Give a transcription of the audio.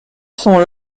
sont